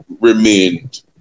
remained